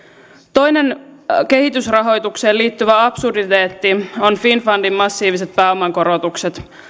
toinen kehitysrahoitukseen liittyvä absurditeetti on finnfundin massiiviset pääoman korotukset